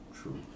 true